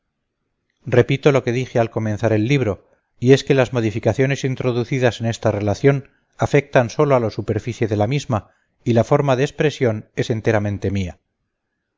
repito lo que dije al comenzar el libro y es que las modificaciones introducidas en esta relación afectan sólo a la superficie de la misma y la forma de expresión es enteramente mía